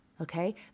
Okay